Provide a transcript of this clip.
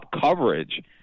coverage